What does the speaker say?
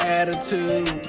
attitude